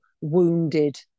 wounded